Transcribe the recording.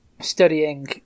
studying